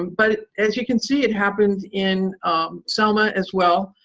but as you can see, it happens in selma as well.